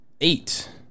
eight